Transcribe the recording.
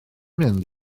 mynd